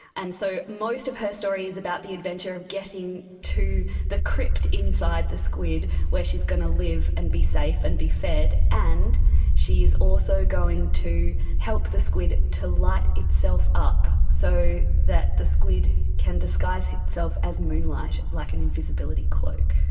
and so most of her story is about the adventure of getting to the crypt inside the squid where she is going to live and be safe and be fed. and she is also going to help the squid to light itself up so that the squid can disguise itself as moonlight, like an invisibility cloak.